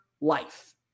life